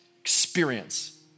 Experience